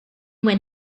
when